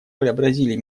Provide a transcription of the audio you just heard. преобразили